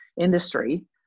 industry